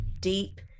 deep